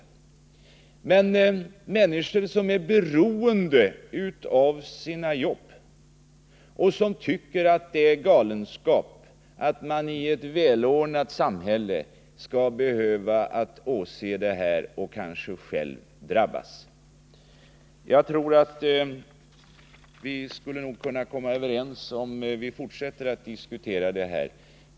Hur förklarar man detta för människor som är beroende av sina jobb och som tycker att det är galenskap att man i ett välordnat samhälle 'skall behöva åse detta och kanske själv drabbas? Jag tror nog att vi skulle komma överens om vi fortsatte att diskutera detta.